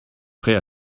prêt